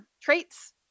traits